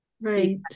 right